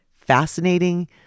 fascinating